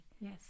Yes